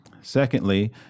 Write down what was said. Secondly